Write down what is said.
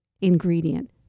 ingredient